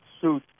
suit